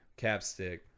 Capstick